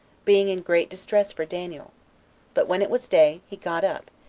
being in great distress for daniel but when it was day, he got up,